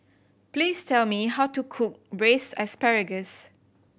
please tell me how to cook Braised Asparagus